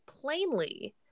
plainly